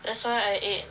that's why I ate